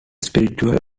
spiritual